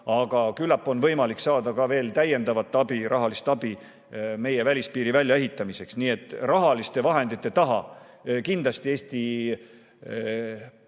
aga küllap on võimalik saada veel täiendavat rahalist abi meie välispiiri väljaehitamiseks. Nii et rahaliste vahendite taha kindlasti Eesti